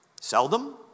Seldom